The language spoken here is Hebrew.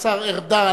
השר ארדן,